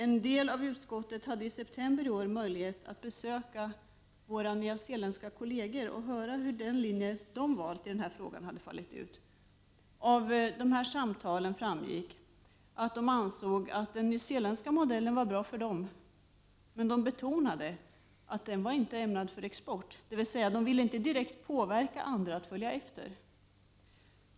En del av utskottet hade i september i år möjlighet att besöka våra nyzeeländska kolleger och höra hur den linjen de valt i den här frågan fallit ut. Av samtalen framgick att de ansåg att den nyzeeländska modellen var bra för dem, men de betonade att den inte ”var ämnad för export”, dvs. de ville inte direkt påverka andra att följa efter.